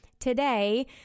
today